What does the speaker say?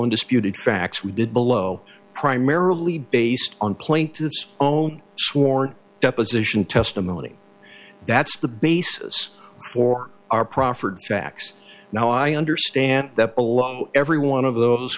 undisputed facts we did below primarily based on plaintiffs own sworn deposition testimony that's the basis for our proffered facts now i understand that every one of those